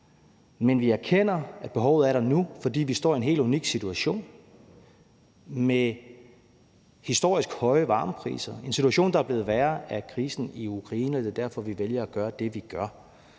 men vi erkender, at behovet er der nu, fordi vi står i en helt unik situation med historisk høje varmepriser – en situation, der er blevet værre af krisen i Ukraine. Det er derfor vi vælger at gøre det, vi gør.